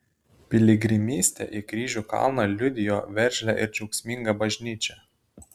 piligrimystė į kryžių kalną liudijo veržlią ir džiaugsmingą bažnyčią